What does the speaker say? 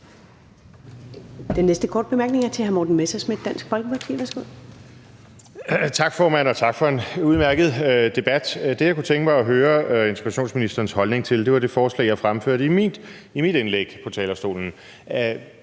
Den næste korte bemærkning er fra hr. Morten Messerschmidt, Dansk Folkeparti. Værsgo. Kl. 13:02 Morten Messerschmidt (DF): Tak, formand, og tak for en udmærket debat. Det, jeg kunne tænke mig at høre integrationsministerens holdning til, var det forslag, jeg fremførte i mit indlæg på talerstolen.